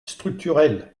structurels